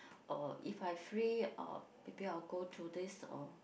or if I free uh maybe I'll go to this uh